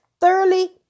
Thoroughly